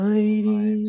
Mighty